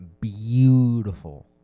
beautiful